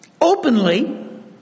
openly